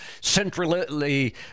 centrally